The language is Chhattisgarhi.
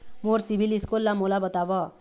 मोर सीबील स्कोर ला मोला बताव?